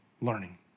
learning